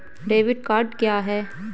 Debit card क्या है?